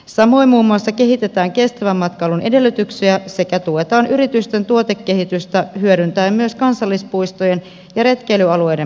samoin muun muassa kehitetään kestävän matkailun edellytyksiä sekä tuetaan yritysten tuotekehitystä hyödyntäen myös kansallispuistojen ja retkeilyalueiden mahdollisuuksia